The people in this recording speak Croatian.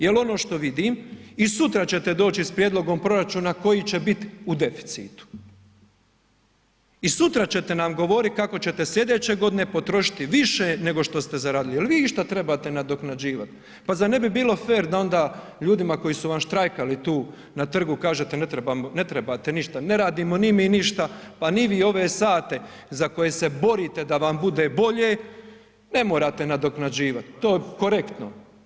Jel ono što vidim i sutra ćete doći s prijedlogom proračuna koji će bit u deficitu i sutra ćete nam govorit kako ćete slijedeće godine potrošit više nego što ste zaradili, jel vi išta trebate nadoknađivat, pa zar ne bi bilo fer da onda ljudima koji su vam štrajkali tu na trgu kažete ne trebate ništa, ne radimo ni mi ništa, pa ni vi ove sate za koje se borite da vam bude bolje, ne morate nadoknađivat, to je korektno.